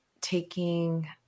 taking –